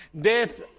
death